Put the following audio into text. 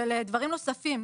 של דברים נוספים,